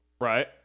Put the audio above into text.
right